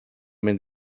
mynd